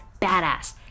badass